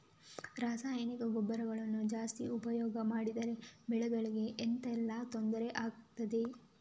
ರಾಸಾಯನಿಕ ಗೊಬ್ಬರಗಳನ್ನು ಜಾಸ್ತಿ ಉಪಯೋಗ ಮಾಡಿದರೆ ಬೆಳೆಗಳಿಗೆ ಎಂತ ಎಲ್ಲಾ ತೊಂದ್ರೆ ಆಗ್ತದೆ?